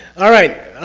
alright.